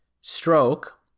stroke